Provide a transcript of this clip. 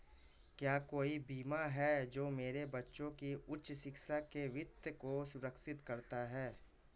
क्या कोई बीमा है जो मेरे बच्चों की उच्च शिक्षा के वित्त को सुरक्षित करता है?